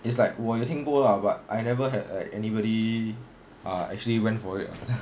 it's like 我有听过 lah but I never had like anybody uh actually went for it